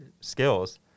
skills